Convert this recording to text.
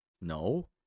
No